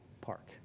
park